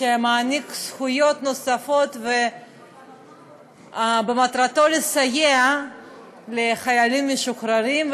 שמעניק זכויות נוספות ומטרתו לסייע לחיילים משוחררים,